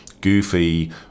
goofy